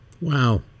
Wow